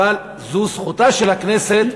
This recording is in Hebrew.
אבל זו זכותה של הכנסת,